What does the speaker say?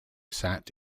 sat